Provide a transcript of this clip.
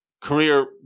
Career